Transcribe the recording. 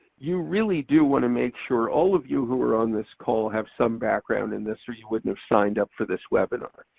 you really do wanna make sure, all of you who are on this call have some background in this or you wouldn't have signed up for this webinar.